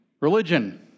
religion